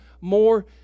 more